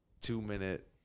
two-minute